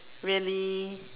really